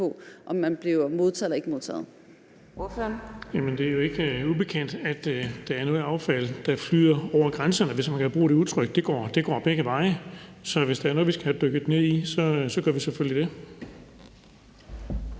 om det bliver modtaget eller ikke modtaget.